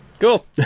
Cool